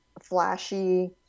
flashy